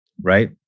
Right